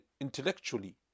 intellectually